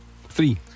Three